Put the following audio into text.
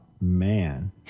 man